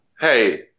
Hey